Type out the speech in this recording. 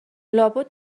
لابد